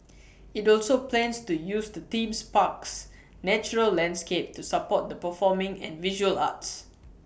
IT also plans to use the theme's park's natural landscape to support the performing and visual arts